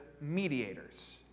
mediators